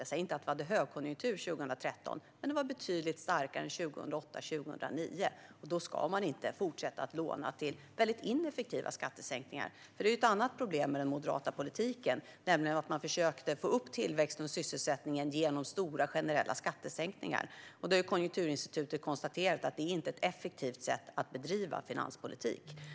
Jag säger inte att vi hade högkonjunktur 2013, men konjunkturen var betydligt starkare än 2008, 2009. Då ska man inte fortsätta att låna till väldigt ineffektiva skattesänkningar. Ett annat problem med den moderata politiken var att man försökte få upp tillväxten och sysselsättningen genom stora generella skattesänkningar. Konjunkturinstitutet har konstaterat att det inte är ett effektivt sätt att bedriva finanspolitik.